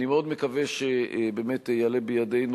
אני מאוד מקווה שבאמת יעלה בידינו,